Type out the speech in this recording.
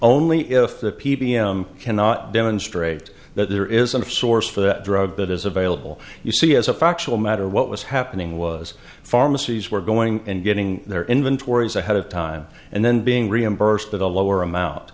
only if the p p m cannot demonstrate that there isn't a source for that drug that is available you see as a factual matter what was happening was pharmacies were going and getting their inventories ahead of time and then being reimbursed at a lower amount